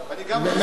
מאה אחוז,